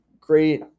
great